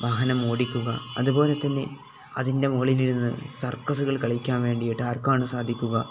വാഹനം ഓടിക്കുക അതുപോലെ തന്നെ അതിൻ്റെ മുകളിലിരുന്ന് സർക്കസുകൾ കളിക്കാൻ വേണ്ടിയിട്ട് ആർക്കാണു സാധിക്കുക